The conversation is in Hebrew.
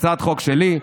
הצעת חוק שלי,